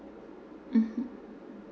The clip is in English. mmhmm